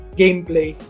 gameplay